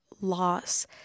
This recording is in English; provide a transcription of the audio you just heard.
loss